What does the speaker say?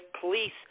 police